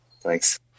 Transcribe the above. Thanks